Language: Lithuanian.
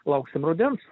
lauksim rudens